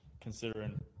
considering